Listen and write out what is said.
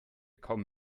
kaum